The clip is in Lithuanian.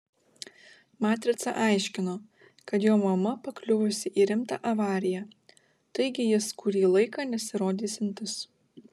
matrica aiškino kad jo mama pakliuvusi į rimtą avariją taigi jis kurį laiką nesirodysiantis